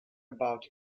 about